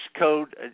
code